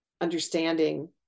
understanding